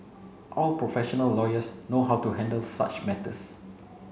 all professional lawyers know how to handle such matters